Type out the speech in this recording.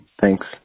Thanks